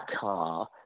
car